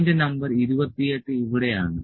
point number 28 ഇവിടെയാണ്